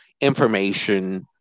information